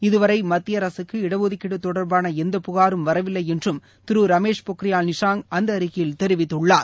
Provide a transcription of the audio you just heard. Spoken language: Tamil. இதுவரை மத்திய அரகக்கு இடஒதுக்கீடு தொடர்பான எந்த புனரும் வரவில்லை என்றும் திரு ரமேஷ் பொகியால் நிஷாங் அந்த அறிக்கையில் தெரிவித்துள்ளார்